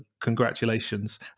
congratulations